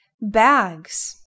bags